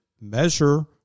measure